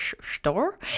store